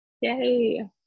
Yay